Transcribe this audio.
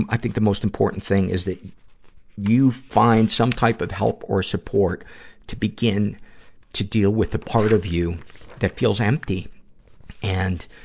i think the most important thing is that you find some type of help or support to begin to deal with part of you that feels empty and,